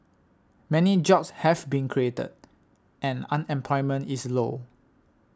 many jobs have been created and unemployment is low